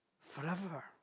forever